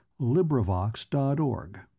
LibriVox.org